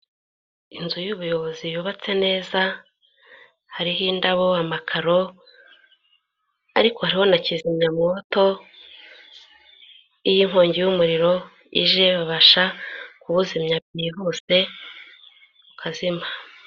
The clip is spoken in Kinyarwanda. Inzu y'ubuyobozi yubatse neza hariho indabo, amakaro ariko hariho na kizimyamwoto, iyo nkongi y'umuriro ije babasha kuwuzimya byihuse ukazima.